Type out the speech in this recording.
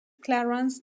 clarence